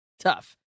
tough